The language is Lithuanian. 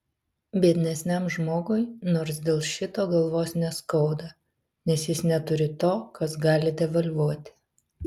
biednesniam žmogui nors dėl šito galvos neskauda nes jis neturi to kas gali devalvuoti